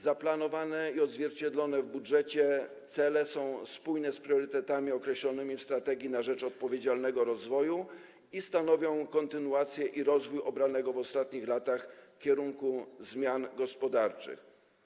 Zaplanowane i odzwierciedlone w budżecie cele są spójne z priorytetami określonymi w „Strategii na rzecz odpowiedzialnego rozwoju” i stanowią kontynuację i rozwój obranego w ostatnich latach kierunku zmian gospodarczych.